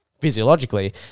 physiologically